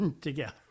together